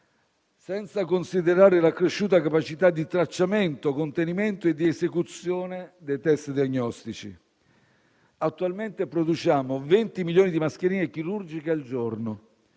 senza considerare l'accresciuta capacità di tracciamento, contenimento ed esecuzione dei test diagnostici. Attualmente produciamo 20 milioni di mascherine chirurgiche al giorno